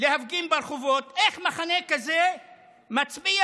להפגין ברחובות, איך מחנה כזה מצמיח